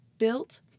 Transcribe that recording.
Built